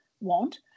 want